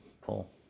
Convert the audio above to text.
Pull